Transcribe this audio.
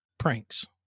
Pranks